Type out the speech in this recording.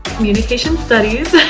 communication studies,